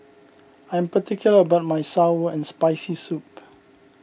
I am particular about my Sour and Spicy Soup